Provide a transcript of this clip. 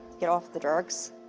get off the drugs.